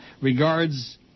Regards